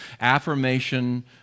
Affirmation